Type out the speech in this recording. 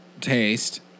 taste